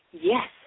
Yes